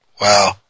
Wow